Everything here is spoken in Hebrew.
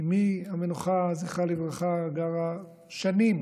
אימי המנוחה, זכרה לברכה, גרה שנים